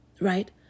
Right